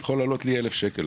יכול לעלות לי אלף שקל.